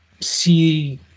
see